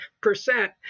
percent